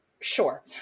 Sure